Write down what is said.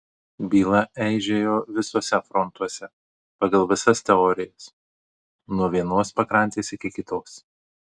byla eižėjo visuose frontuose pagal visas teorijas nuo vienos pakrantės iki kitos